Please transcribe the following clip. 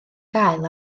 gael